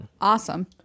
awesome